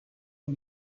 can